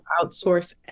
outsource